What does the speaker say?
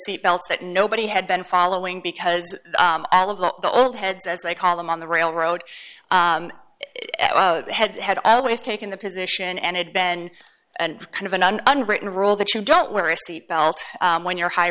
seat belts that nobody had been following because all of the old heads as they call them on the railroad had had always taken the position and had ben and kind of an unwritten rule that you don't wear a seatbelt when you're high